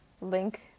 link